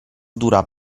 dura